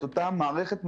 את אותה מערכת מידע,